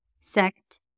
sect